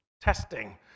testing